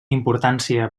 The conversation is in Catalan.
importància